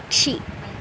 పక్షి